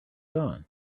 gone